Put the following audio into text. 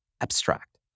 abstract